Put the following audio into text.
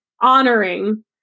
honoring